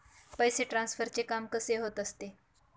पैसे ट्रान्सफरचे काम कसे होत असते?